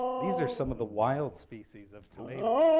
these are some of the wild species of tomato.